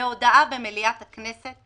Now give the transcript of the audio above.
בהודעה במליאת הכנסת,